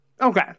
Okay